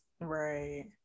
right